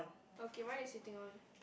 okay mine is sitting on